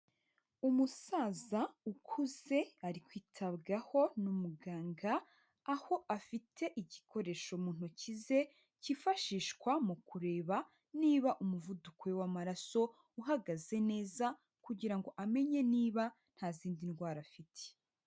Umusaza ukuze ari kwitabwaho n'umuganga, aho afite igikoresho mu ntoki ze kifashishwa mu kureba niba umuvuduko w'amaraso uhagaze neza kugira ngo amenye niba nta zindi ndwara afite.